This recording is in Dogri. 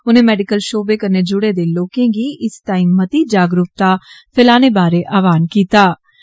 उनें मैडिकल षौबे कन्नै जुडें दे लोके गी इस तांई मती जागरूकता फैलाने बारै आहवान कीत्ता